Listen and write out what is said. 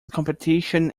competition